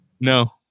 No